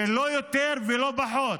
זה לא יותר ולא פחות.